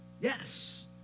Yes